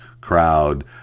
crowd